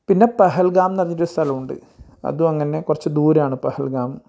പിന്നെ പെഹൽഗാം എന്ന് പറഞ്ഞൊരു ഒരു സ്ഥലമുണ്ട് അതും അങ്ങനെ കുറച്ച് ദൂരമാണ് പെഹൽഗാം